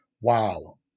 Wow